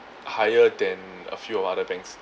higher than a few of other banks